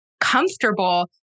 comfortable